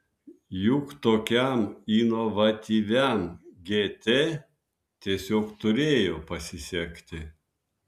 juk tokiam inovatyviam gt tiesiog turėjo pasisekti